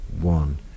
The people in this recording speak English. one